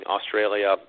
Australia